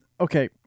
okay